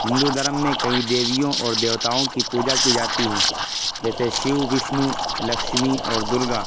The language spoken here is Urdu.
ہندو دھرم میں کئی دیویوں اور دیوتاؤں کی پوجا کی جاتی ہے جیسے شیو وشنو لکشمی اور درگا